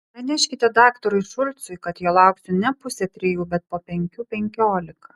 praneškite daktarui šulcui kad jo lauksiu ne pusę trijų bet po penkių penkiolika